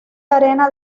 arena